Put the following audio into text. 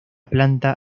planta